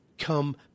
come